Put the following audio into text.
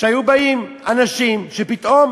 שהיו באים אנשים שפתאום